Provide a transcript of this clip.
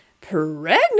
pregnant